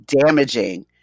damaging